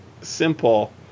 simple